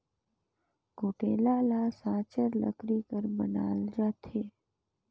कुटेला ल साचर लकरी कर बनाल जाथे